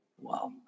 Wow